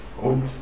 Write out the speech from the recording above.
Und